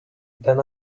then